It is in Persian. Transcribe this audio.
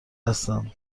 هستند